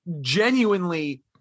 genuinely